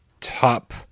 top